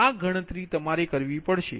તેથી આ ગણતરી તમારે કરવી પડશે